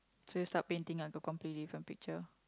so you start painting like a completely different picture